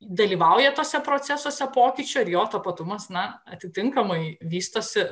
dalyvauja tuose procesuose pokyčių ir jo tapatumas na atitinkamai vystosi